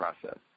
process